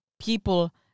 people